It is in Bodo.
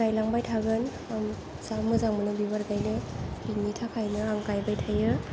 गायलांबाय थागोन जा मोजां मोनो बिबार गायनो बिनि थाखायनो आं गायबाय थायो